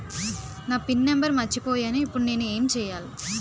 నా PIN number మర్చిపోయాను ఇప్పుడు నేను ఎంచేయాలి?